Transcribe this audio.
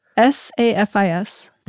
S-A-F-I-S